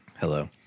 Hello